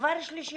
דבר שלישי,